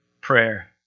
prayer